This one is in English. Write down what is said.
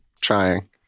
trying